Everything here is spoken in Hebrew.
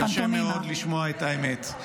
קשה מאוד לשמוע את האמת.